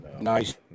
Nice